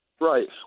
Right